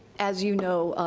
as you know,